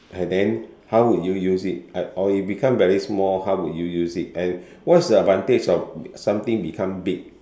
uh then how would you use it or it become very small how would you use it and what is the advantage of something become big